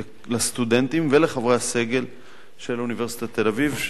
לסטודנטים ולחברי הסגל של אוניברסיטת תל-אביב,